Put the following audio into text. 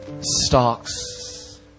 stocks